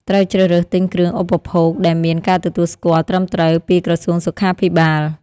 ត្រូវជ្រើសរើសទិញគ្រឿងឧបភោគដែលមានការទទួលស្គាល់ត្រឹមត្រូវពីក្រសួងសុខាភិបាល។